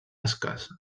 escassa